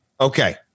Okay